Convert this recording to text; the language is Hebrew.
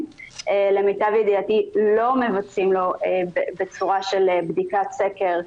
למיטב ידיעתי לא מבצעים לו בצורה של בדיקת סקר,